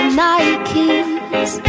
nikes